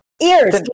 Ears